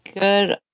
good